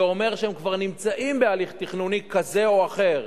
זה אומר שהם כבר נמצאים בהליך תכנוני כזה או אחר,